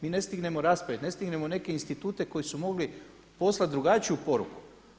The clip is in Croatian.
Mi ne stignemo raspraviti, ne stignemo neke institute koji su mogli poslati drugačiju poruku.